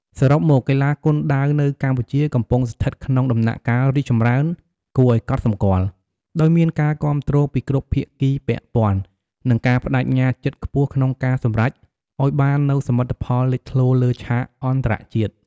សរុបមក កីឡាគុនដាវនៅកម្ពុជាកំពុងស្ថិតក្នុងដំណាក់កាលរីកចម្រើនគួរឱ្យកត់សម្គាល់ ដោយមានការគាំទ្រពីគ្រប់ភាគីពាក់ព័ន្ធ និងការប្តេជ្ញាចិត្តខ្ពស់ក្នុងការសម្រេចអោយបាននូវសមិទ្ធផលលេចធ្លោលើឆាកអន្តរជាតិ។